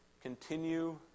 continue